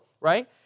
right